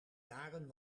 jaren